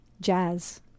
jazz